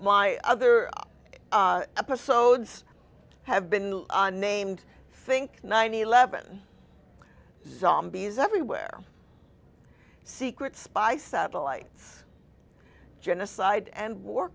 my other episodes have been named think nine eleven zombies everywhere secret spy satellites genocide and war